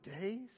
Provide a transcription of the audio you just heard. days